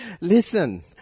Listen